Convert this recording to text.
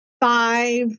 five